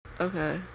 okay